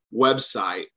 website